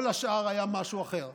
כל השאר היה משהו אחר.